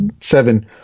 seven